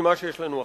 ממה שיש לנו עכשיו.